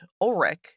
Ulrich